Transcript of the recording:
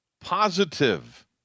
positive